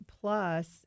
plus